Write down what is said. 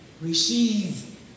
receive